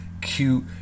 cute